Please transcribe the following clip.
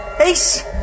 Ace